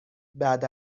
بعد